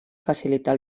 facilitar